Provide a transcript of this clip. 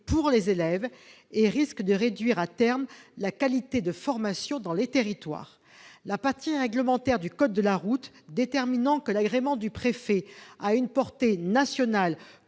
pour les élèves. Elle risque, à terme, de réduire la qualité de la formation dans les territoires. La partie réglementaire du code de la route déterminant que l'agrément du préfet a une portée nationale,